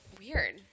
Weird